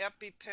EpiPen